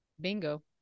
Bingo